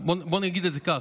בואו נגיד את זה כך,